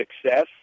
success